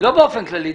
לא באופן כללי.